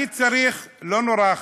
אני צריך לא נורא,